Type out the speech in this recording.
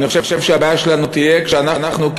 אני חושב שהבעיה שלנו תהיה שאנחנו,